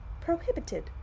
prohibited